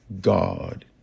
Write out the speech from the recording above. God